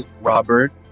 Robert